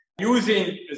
using